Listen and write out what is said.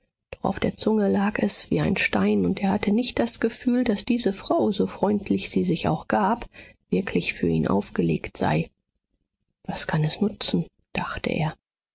auf der zunge lag es wie ein stein und er hatte nicht das gefühl daß diese frau so freundlich sie sich auch gab wirklich für ihn aufgelegt sei was kann es nutzen dachte er